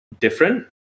different